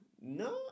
No